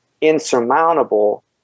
insurmountable